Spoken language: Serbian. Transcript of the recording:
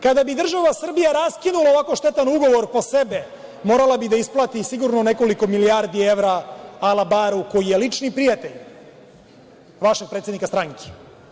Kada bi država Srbija raskinula ovako štetan Ugovor po sebe, morala bi da isplati sigurno nekoliko milijardi evra Alabaru koji je lični prijatelj vašeg predsednika stranke.